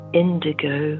indigo